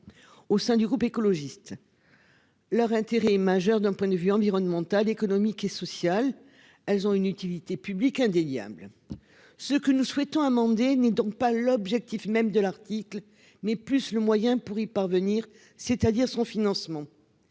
au sein du groupe écologiste. Leur intérêt majeur d'un point de vue environnemental, économique et social. Elles ont une utilité publique indéniable. Ce que nous souhaitons amendé n'est donc pas l'objectif même de l'article mais plus le moyen pour y parvenir, c'est-à-dire son financement.